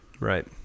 Right